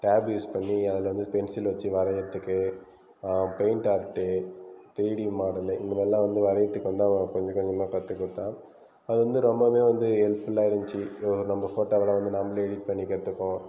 tape use பண்ணி அதில் வந்து பென்சில் வச்சு வரைகிறதுக்கு paint art three D model இந்த மாதிரிலாம் வந்து வரைகிறதுக்கு வந்து அவன் கொஞ்சம் கொஞ்சமாக கற்று கொடுத்தான் அது வந்து ரொம்பவே வந்து ஹெல்ப்ஃபுல்லாக இருந்துச்சு நம்ம ஃபோட்டாவலாம் வந்து நம்பளே எடிட் பண்ணிக்கிறதுக்கும்